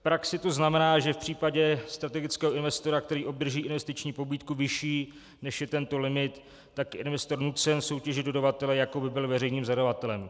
V praxi to znamená, že v případě strategického investora, který obdrží investiční pobídku vyšší, než je tento limit, tak investor je nucen soutěžit dodavatele, jako by byl veřejným zadavatelem.